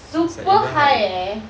super high eh